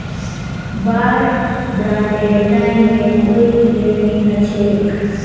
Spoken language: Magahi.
वार बांडेर टाइमेर कोई भेलू नी हछेक